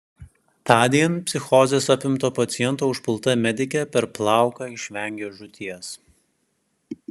tądien psichozės apimto paciento užpulta medikė per plauką išvengė žūties